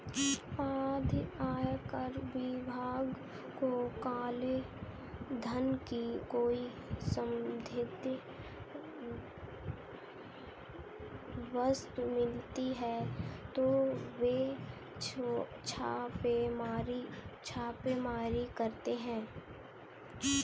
यदि आयकर विभाग को काले धन की कोई संदिग्ध वस्तु मिलती है तो वे छापेमारी करते हैं